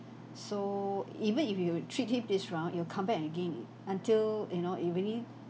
so even if you treat him this round it will come back again i~ until you know it really